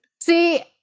See